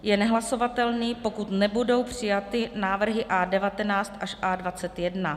je nehlasovatelný, pokud nebudou přijaty návrhy A19 až A21,